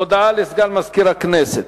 הודעה לסגן מזכיר הכנסת.